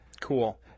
Cool